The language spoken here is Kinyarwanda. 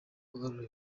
ugarura